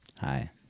Hi